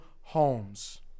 homes